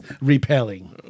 repelling